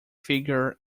figure